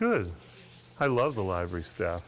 good i love the library staff